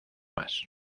más